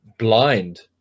blind